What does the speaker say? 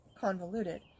convoluted